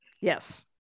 yes